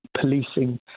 policing